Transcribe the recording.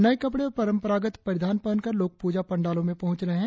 नए कपड़े और परंपरागत परिधान पहन कर लोग पूजा पंडालो में पहुंच रहे हैं